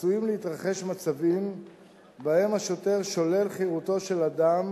עשויים להתרחש מצבים שבהם השוטר שולל חירותו של אדם